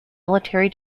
military